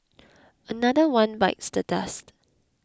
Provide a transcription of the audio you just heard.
another one bites the dust